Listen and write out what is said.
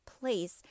place